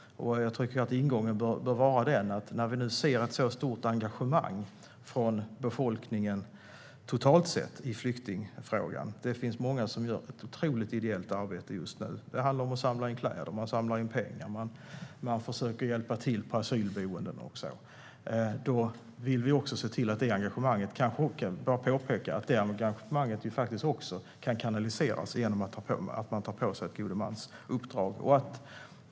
Jag tycker att ingången bör vara den att vi nu ser ett så stort engagemang från befolkningen totalt sett i flyktingfrågan. Det finns många som gör ett otroligt ideellt arbete just nu. Det handlar om att samla in kläder och pengar. Man försöker hjälpa till på asylboenden och så. Då vill jag påpeka att det engagemanget faktiskt också kan kanaliseras genom att man tar på sig ett godmansuppdrag.